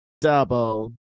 Double